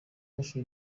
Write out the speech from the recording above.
uwacu